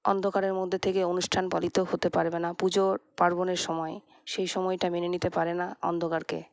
অন্ধকারের মধ্যে থেকে অনুষ্ঠান পালিত হতে পারবেনা পুজো পার্বণের সময়ে সেই সময়টা মেনে নিতে পারেনা অন্ধকারকে